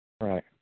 Right